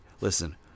Listen